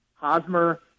Hosmer